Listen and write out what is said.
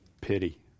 pity